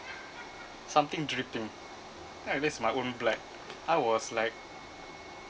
something dripping then it is my own blood I was like